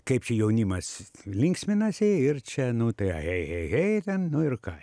kaip čia jaunimas linksminasi ir čia nu tai a hei hei hei ten nu ir ką